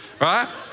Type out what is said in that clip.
Right